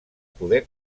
poder